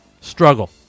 Struggle